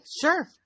Sure